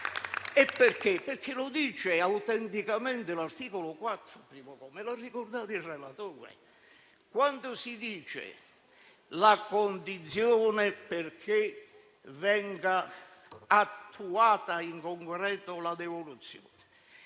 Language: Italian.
Ciò lo dice autenticamente l'articolo 4, comma 1, ricordato dal relatore, quando stabilisce che la condizione perché venga attuata in concreto la devoluzione